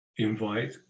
invite